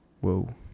Whoa